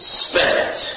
spent